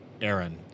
Aaron